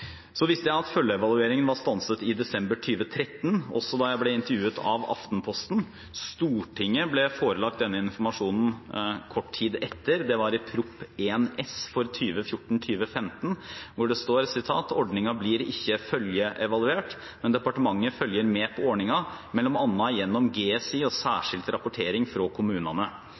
visste at følgeevalueringen var stanset i desember 2013, også da jeg ble intervjuet av Aftenposten. Stortinget ble forelagt denne informasjonen kort tid etter, i Prop. 1 S for 2014–2015, hvor det står: «Ordninga blir ikkje følgjeevaluert, men departementet følgjer med på ordninga mellom anna gjennom GSI og særskilt rapportering frå kommunane.» Gjennom grunnskolenes informasjonssystem får departementet fra